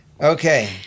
Okay